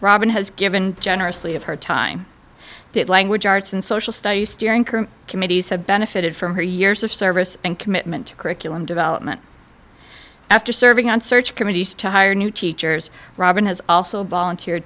robin has given generously of her time that language arts and social studies steering current committees have benefited from her years of service and commitment to curriculum development after serving on search committees to hire new teachers robin has also bol